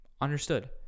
understood